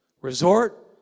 resort